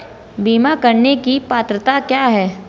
बीमा करने की पात्रता क्या है?